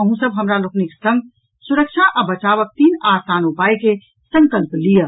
अहूँ सभ हमरा लोकनि संग सुरक्षा आ बचावक तीन आसान उपायक संकल्प लियऽ